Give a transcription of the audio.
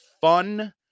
fun